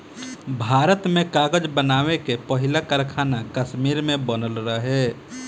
भारत में कागज़ बनावे के पहिला कारखाना कश्मीर में बनल रहे